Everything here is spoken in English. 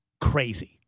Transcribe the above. Crazy